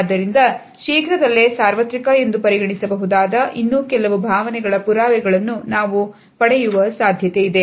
ಆದ್ದರಿಂದ ಶೀಘ್ರದಲ್ಲೇ ಸಾರ್ವತ್ರಿಕ ಎಂದು ಪರಿಗಣಿಸಬಹುದಾದ ಇನ್ನೂ ಕೆಲವು ಭಾವನೆಗಳ ಪುರಾವೆಗಳನ್ನು ನಾವು ಪಡೆಯುವ ಸಾಧ್ಯತೆ ಇದೆ